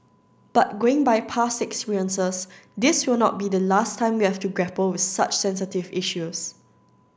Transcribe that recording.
but going by past experiences this will not be the last time we have to grapple with such sensitive issues